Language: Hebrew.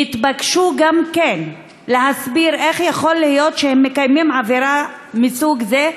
הם נתבקשו גם להסביר איך יכול להיות שהם עוברים עבירה מסוג זה,